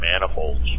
manifolds